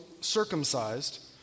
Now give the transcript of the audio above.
circumcised